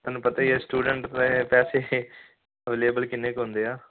ਤੁਹਾਨੂੰ ਪਤਾ ਹੀ ਹੈ ਸਟੂਡੈਂਟ ਨੇ ਪੈਸੇ ਅਵੇਲੇਬਲ ਕਿੰਨੇ ਕੁ ਹੁੰਦੇ ਆ